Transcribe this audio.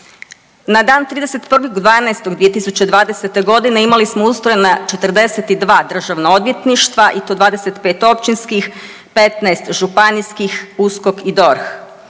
Na dan 31.12.2020. godine imali smo ustrojena 42 državna odvjetništva i to 25 općinskih, 15 županijskih, USKOK i DORH.